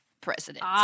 president